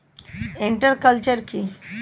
Inter culture কি?